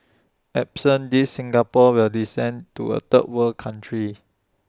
absent these Singapore will descend to A third world country